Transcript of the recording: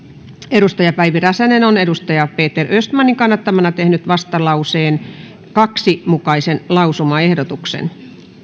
on päivi räsänen peter östmanin kannattamana tehnyt vastalauseen kahden mukaisen lausumaehdotuksen